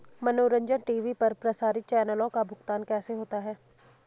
मनोरंजन टी.वी पर प्रसारित चैनलों का भुगतान कैसे होता है?